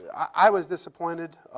i was disappointed.